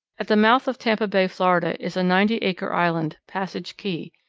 at the mouth of tampa bay, florida, is a ninety-acre island, passage key.